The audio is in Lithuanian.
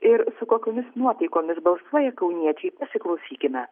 ir su kokiomis nuotaikomis balsuoja kauniečiai pasiklausykime